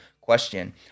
question